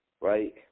right